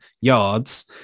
yards